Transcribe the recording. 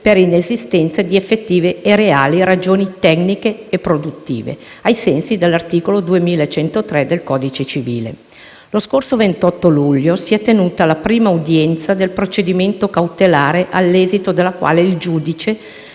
per inesistenza di effettive e reali ragioni tecniche e produttive, ai sensi dell'articolo 2103 del codice civile. Lo scorso 28 luglio si è tenuta la prima udienza del procedimento cautelare, all'esito della quale il giudice